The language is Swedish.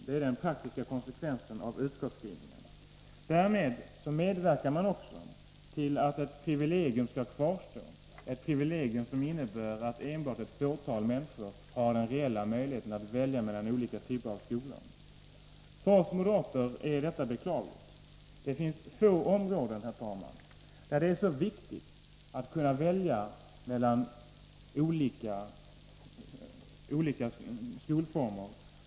Det är den praktiska konsekvensen av utskottsskrivningen. Därmed medverkar utskottet också till att ett privilegium kan kvarstå, nämligen det privilegium som innebär att enbart ett fåtal människor har den reella möjlgheten att välja mellan olika typer av skolor. För oss moderater är detta beklagligt. Det finns få områden, herr talman, där det är så viktigt att man kan välja mellan olika alternativ som just skolområdet.